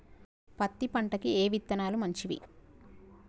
పత్తి పంటకి ఏ విత్తనాలు మంచివి?